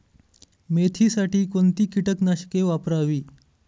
मेथीसाठी कोणती कीटकनाशके वापरावी?